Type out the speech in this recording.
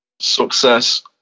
Success